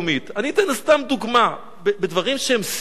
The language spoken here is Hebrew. אני אתן סתם דוגמה, בדברים שהם סמליים,